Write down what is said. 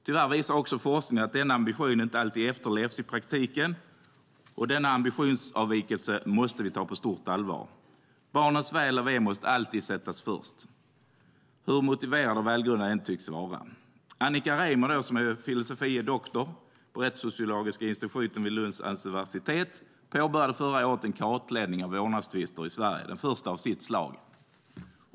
Tyvärr visar forskningen att denna ambition inte alltid efterlevs i praktiken, och denna ambitionsavvikelse måste vi ta på stort allvar. Barnens väl och ve måste alltid sättas först, hur motiverade och välgrundade partipolitiska hänsyn än kan tyckas vara. Annika Rejmer, som är filosofie doktor på rättssociologiska institutionen vid Lunds universitet, påbörjade förra året en kartläggning av vårdnadstvister i Sverige. Det är den första i sitt slag.